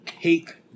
take